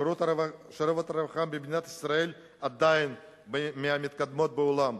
בשירות הרווחה מדינת ישראל היא עדיין מהמתקדמות בעולם,